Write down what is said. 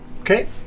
Okay